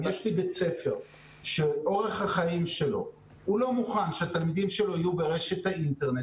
אם יש לי בית ספר שהוא לא מוכן שהתלמידים שלו יהיו ברשת האינטרנט,